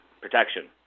protection